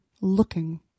looking